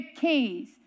keys